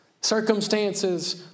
Circumstances